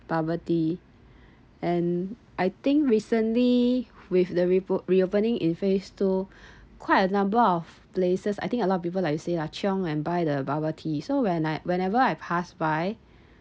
bubble tea and I think recently with the reboot reopening in phase two quite a number of places I think a lot of people like you say lah chiong and buy the bubble tea so when I whenever I pass by